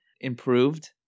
improved